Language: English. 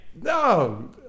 No